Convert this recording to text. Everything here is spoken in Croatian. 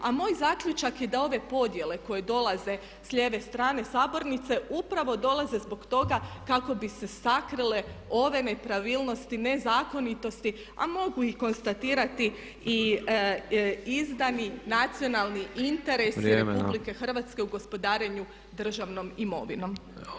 A moj zaključak je da ove podjele koje dolaze sa lijeve strane sabornice upravo dolaze zbog toga kako bi se sakrile ove nepravilnost, nezakonitosti a mogu i konstatirati izdani nacionalni interesi RH u gospodarenju državnom imovinom.